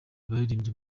baririmbye